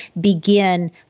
begin